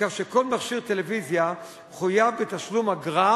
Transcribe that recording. כך שכל מכשיר טלוויזיה חויב בתשלום אגרה,